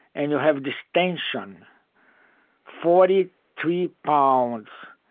and you have this tension forty three pounds.